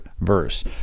verse